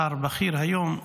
שר בכיר היום: